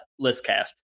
ListCast